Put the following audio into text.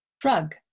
drug